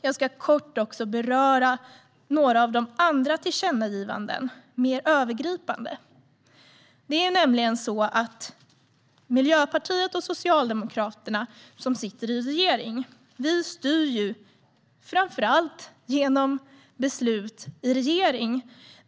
Jag ska kort också beröra några av de andra tillkännagivandena mer övergripande. Det är nämligen så att Miljöpartiet och Socialdemokraterna, som sitter i regeringen, framför allt styr genom beslut i regeringen.